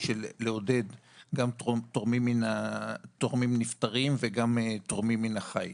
לעודד גם תורמים מנפטרים וגם תורמים מן החי.